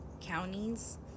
counties